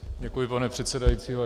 Děkuji, pane předsedající.